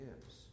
gives